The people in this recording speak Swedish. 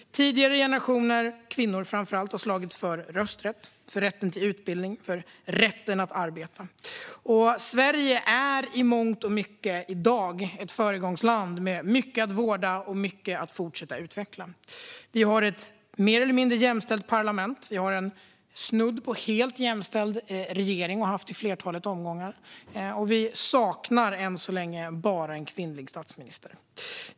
Tidigare generationer, framför allt kvinnorna, har slagits för rösträtt, rätt till utbildning och rätt att arbeta. Sverige är i dag i mångt och mycket ett föregångsland, med mycket att vårda och mycket att fortsätta utveckla. Vi har ett mer eller mindre jämställt parlament och en snudd på helt jämställd regering, vilket vi har haft i flera omgångar. Vi saknar än så länge bara en kvinnlig statsminister.